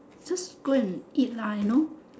just go and eat lah you know